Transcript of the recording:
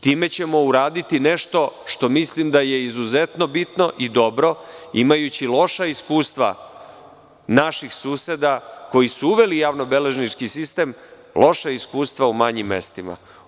Time ćemo uraditi nešto što mislim da je izuzetno bitno i dobro, imajući loša iskustva naših suseda koji su uveli javno beležnički sistem, loša iskustva u manjim mestima.